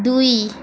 ଦୁଇ